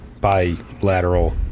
bilateral